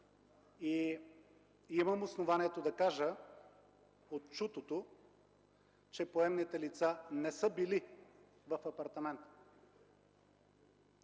имам основанието на кажа, че поемните лица не са били в апартамента.